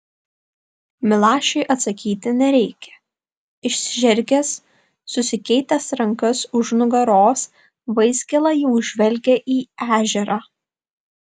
milašiui atsakyti nereikia išsižergęs susikeitęs rankas už nugaros vaizgėla jau žvelgia į ežerą